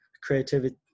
creativity